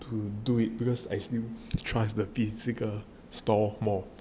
to do it because as I trust the physical store more